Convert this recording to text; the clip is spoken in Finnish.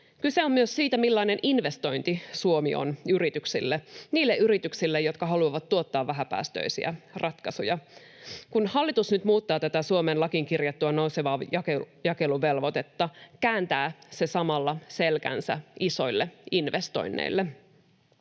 Kyse on myös siitä, millainen investointi Suomi on yrityksille, niille yrityksille, jotka haluavat tuottaa vähäpäästöisiä ratkaisuja. Kun hallitus nyt muuttaa tätä Suomen lakiin kirjattua nousevaa jakeluvelvoitetta, kääntää se samalla selkänsä isoille investoinneille.